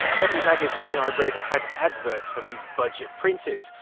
every magazine i read had adverts for these budget printers,